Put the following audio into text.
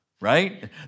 right